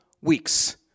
Weeks